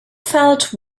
felt